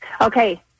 Okay